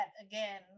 again